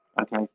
okay